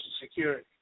Security